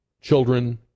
children